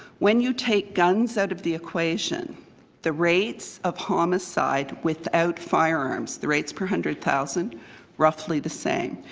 when you take guns out of the equation the rates of homicide without firearms, the rates per hundred thousand roughly the same.